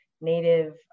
Native